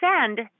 send